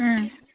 হুম